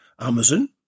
Amazon